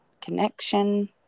connection